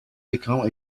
become